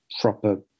proper